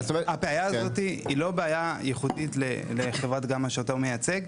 הבעיה הזאת היא לא בעיה ייחודית לחברת גמא אותה מייצג,